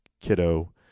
kiddo